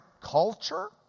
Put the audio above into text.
culture